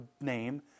name